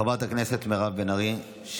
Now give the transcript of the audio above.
חברת הכנסת מירב בן ארי,